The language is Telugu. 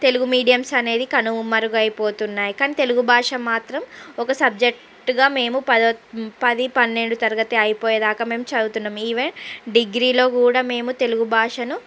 తెలుగు మీడియంస్ అనేది కనుమరుగు అవుతున్నాయి కానీ తెలుగు భాష మాత్రం ఒక సబ్జెక్టుగా మేము పదవ పది పన్నెండు తరగతి అయిపోయేదాకా మేము చదువుతున్నాము ఈవెన్ డిగ్రీలో కూడా మేము తెలుగు భాషను